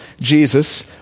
Jesus